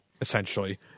essentially